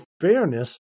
fairness